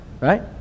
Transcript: Right